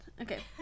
Okay